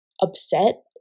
upset